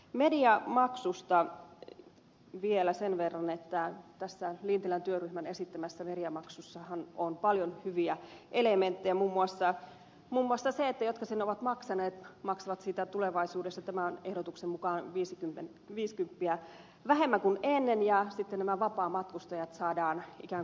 mediamaksusta vielä sen verran että tässä lintilän työryhmän esittämässä mediamaksussahan on paljon hyviä elementtejä muun muassa se että ne jotka sen ovat maksaneet maksavat siitä tulevaisuudessa tämän ehdotuksen mukaan viisikymppiä vähemmän kuin ennen ja sitten nämä vapaamatkustajat saadaan ikään kuin kiinni